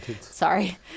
Sorry